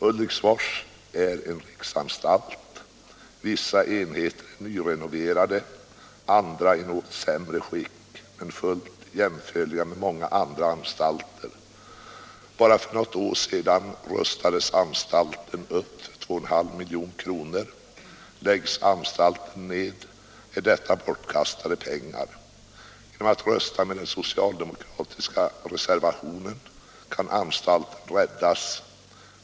Ulriksfors är en riksanstalt. Vissa enheter är nyrenoverade, andra I något sämre skick men fullt jämförliga med många andra anstalter. Bara för något år sedan rustades anstalten upp för 2,5 milj.kr. Läggs anstalten ned är detta bortkastade pengar. Om riksdagen röstar med den socialdemokratiska reservationen kan anstalten räddas.